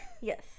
Yes